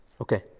Okay